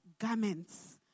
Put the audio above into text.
garments